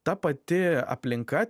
ta pati aplinka